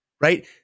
right